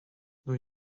new